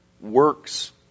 works